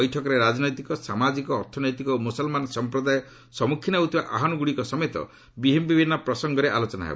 ବୈଠକରେ ରାଜନୈତିକ ସାମାଜିକ ଅର୍ଥନୈତିକ ଓ ମ୍ବସଲମାନ ସମ୍ପ୍ରଦାୟ ସମ୍ମୁଖୀନ ହେଉଥିବା ଆହ୍ୱାନଗୁଡ଼ିକ ସମେତ ବିଭିନ୍ନ ପ୍ରସଙ୍ଗରେ ଆଲୋଚନା ହେବ